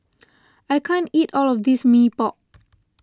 I can't eat all of this Mee Pok